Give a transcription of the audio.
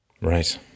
Right